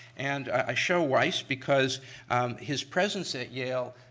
and i show weiss because his presence at yale,